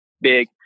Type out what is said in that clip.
big